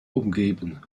umgeben